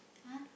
!huh!